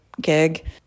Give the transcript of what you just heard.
gig